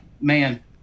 Man